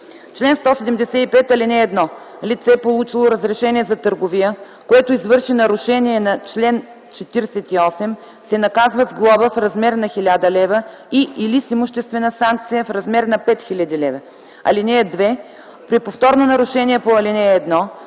„Чл. 175. (1) Лице, получило разрешение за търговия, което извърши нарушение на чл. 48, се наказва с глоба в размер на 1000 лв. и/или с имуществена санкция в размер на 5000 лв. (2) При повторно нарушение по ал. 1